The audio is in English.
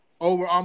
Over